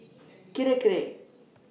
Kirei Kirei